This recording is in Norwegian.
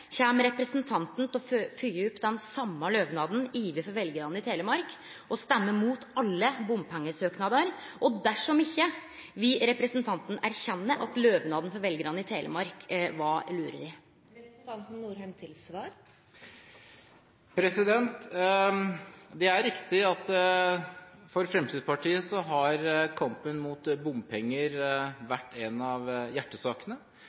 Kjem representanten til å følgje opp lovnaden til veljarane i Telemark og stemme mot alle bompengesøknader? Dersom ikkje, vil representanten erkjenne at lovnaden til veljarane i Telemark var lureri? Det er riktig at for Fremskrittspartiet har kampen mot